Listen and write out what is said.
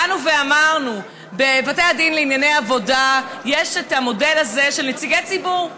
באנו ואמרנו: בבתי דין לענייני עבודה יש את המודל הזה של נציגי ציבור,